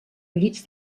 llits